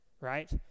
right